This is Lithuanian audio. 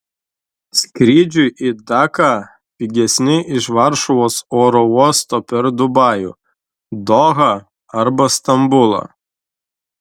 skrydžiai į daką pigesni iš varšuvos oro uosto per dubajų dohą arba stambulą